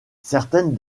certaines